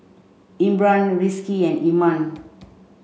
Imran Rizqi and Iman